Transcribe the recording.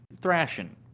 thrashing